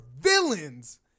villains